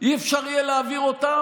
לא יהיה אפשר להעביר אותן,